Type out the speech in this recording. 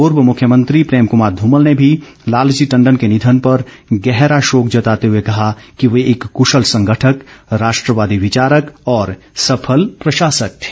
पूर्व मुख्यमंत्री प्रेम कमार ध्रमल ने भी लालजी टंडन के निधन पर गहरा शोक जताते हए कहा कि वे एक कुशल संगठक राष्ट्रवादी विचारक और सफल प्रशासक थे